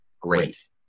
great